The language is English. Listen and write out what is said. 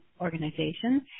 organization